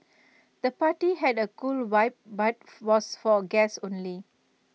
the party had A cool vibe but was for guests only